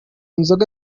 nzoga